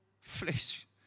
flesh